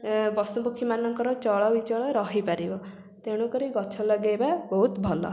ପଶୁପକ୍ଷୀମାନଙ୍କର ଚଳ ବିଚଳ ରହିପାରିବ ତେଣୁ କରି ଗଛ ଲଗେଇବା ବହୁତ ଭଲ